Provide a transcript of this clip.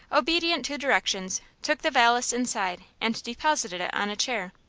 obedient to directions, took the valise inside and deposited it on a chair.